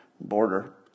border